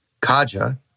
Kaja